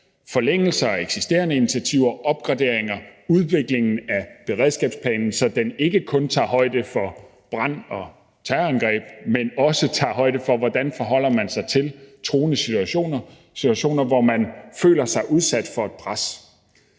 forlængelser af eksisterende initiativer, opgraderinger af og udviklingen af beredskabsplanen, så den ikke kun tager højde for brand og terrorangreb, men også tager højde for, hvordan man forholder sig til truende situationer – situationer, hvor man føler sig udsat for et pres.